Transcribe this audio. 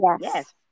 Yes